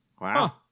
Wow